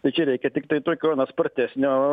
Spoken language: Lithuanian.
tai čia reikia tiktai tokio na spartesnio